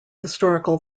historical